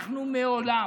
אנחנו מעולם,